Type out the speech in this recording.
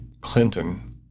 Clinton